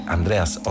Andreas